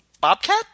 Bobcat